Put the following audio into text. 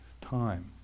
time